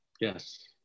Yes